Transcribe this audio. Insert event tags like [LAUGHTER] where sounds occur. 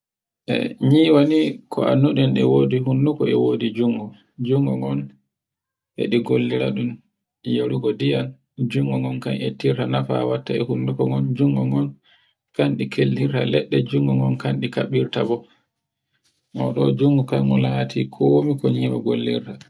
[HESITATION] Nyiwa ni ko annduɗen e wodi honduke e wodi jungo. Jungo ngon [NOISE] e ɗi gollira dun e yargo ndiyam, jungon gon kan ettirta nafawanwatte e honduko mun, [NOISE] jungo ngon kan ɗi kellira leɗɗe, jungo ngon kan ɗi kaɓɓirta goo nga [NOISE] ɗun jungo ngon latirta komi ko nyawu kollirta